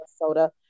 Minnesota